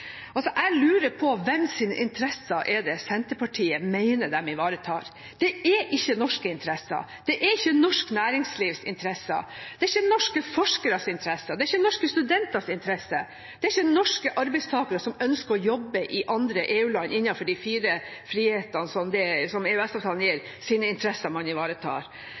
Jeg lurer på interessene til hvem det er Senterpartiet mener de ivaretar. Det er ikke norske interesser. Det er ikke norsk næringslivs interesser. Det er ikke norske forskeres interesser. Det er ikke norske studenters interesser. Det er ikke interessene til norske arbeidstakere som ønsker å jobbe i EU-land, innenfor de fire frihetene